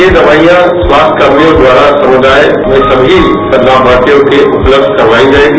ये दवाइो स्वास्थ्य कर्मियों द्वारा समुदाय में सभी लामार्थियों को उपलब्ध करायी जायेंगी